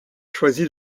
choisi